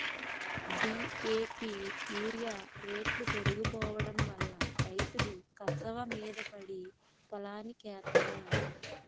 DAP urea రేట్లు పెరిగిపోడంవల్ల రైతులు కసవమీద పడి పొలానికెత్తన్నారు